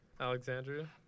Alexandria